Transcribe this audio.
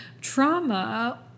trauma